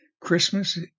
Christmas